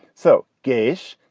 so gaige.